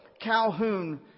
Calhoun